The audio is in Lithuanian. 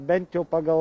bent jau pagal